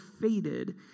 faded